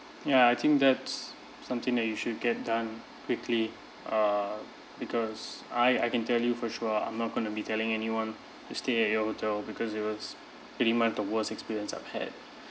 ya I think that's something that you should get done quickly uh because I I can tell you for sure I'm not gonna be telling anyone to stay at your hotel because it was pretty much the worst experience I've had